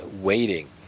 waiting